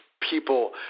people